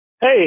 Hey